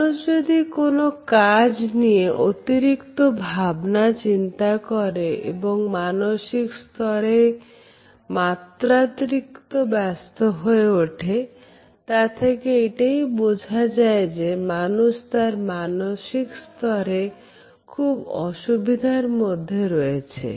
মানুষ যদি কোন কাজ নিয়ে অতিরিক্ত ভাবনা চিন্তা করে এবং মানসিক স্তরে মাত্রাতিরিক্ত ব্যস্ত হয়ে ওঠেতা থেকে এইটা বোঝা যায় যে মানুষ তার মানসিক স্তরে খুব অসুবিধার মধ্যে রয়েছে